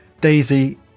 daisy